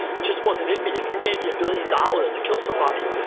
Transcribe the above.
it just wasn't in me. if you gave me a billion dollars to kill somebody,